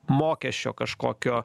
mokesčio kažkokio